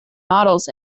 models